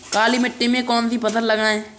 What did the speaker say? काली मिट्टी में कौन सी फसल लगाएँ?